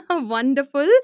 wonderful